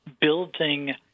building